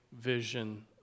vision